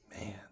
Man